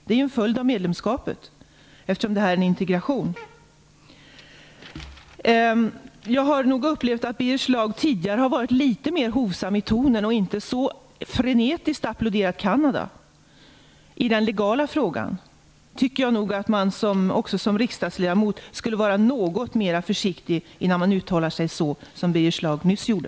Det är en följd av medlemskapet eftersom detta är en integration. Jag har nog upplevt att Birger Schlaug tidigare har varit litet mer hovsam i tonen och inte så frenetiskt applåderat Kanada i den legala frågan. Jag tycker att man som riksdagsledamot skall vara något mer försiktig innan man uttalar sig så som Birger Schlaug nyss gjorde.